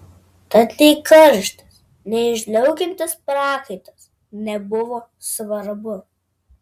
tad nei karštis nei žliaugiantis prakaitas nebuvo svarbu